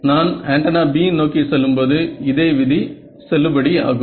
நான் antenna B நோக்கி செல்லும் போது இதே விதி செல்லுபடி ஆகும்